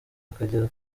akajya